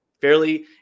fairly